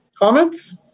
comments